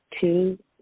Two